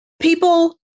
people